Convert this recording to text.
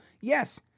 Yes